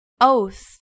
Oath